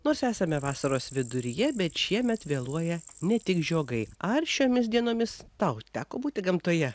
nors esame vasaros viduryje bet šiemet vėluoja ne tik žiogai ar šiomis dienomis tau teko būti gamtoje